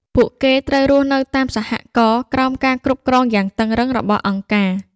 ពួកគេត្រូវរស់នៅតាម សហករណ៍ ក្រោមការគ្រប់គ្រងយ៉ាងតឹងរ៉ឹងរបស់អង្គការ។